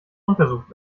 unversucht